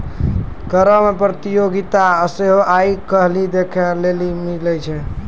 करो मे प्रतियोगिता सेहो आइ काल्हि देखै लेली मिलै छै